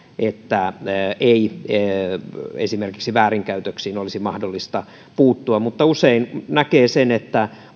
että esimerkiksi väärinkäytöksiin olisi mahdollista puuttua mutta usein näkee sen että